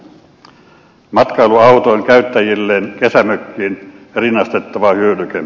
matkailuauto on käyttäjilleen kesämökkiin rinnastettava hyödyke